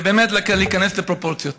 ובאמת, להיכנס לפרופורציות.